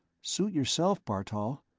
suit yourself, bartol.